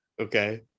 Okay